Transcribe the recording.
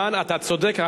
אתה צודק,